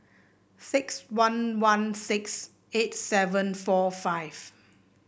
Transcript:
six one one six eight seven four five